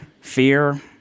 fear